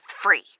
free